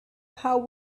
how